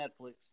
Netflix